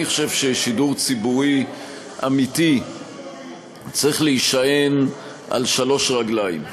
אני חושב ששידור ציבורי אמיתי צריך להישען על שלוש רגליים.